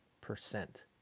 percent